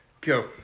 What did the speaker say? Go